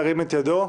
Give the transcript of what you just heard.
ירים את ידו.